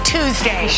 Tuesday